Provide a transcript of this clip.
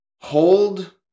hold